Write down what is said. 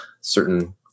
certain